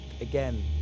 again